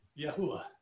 Yahuwah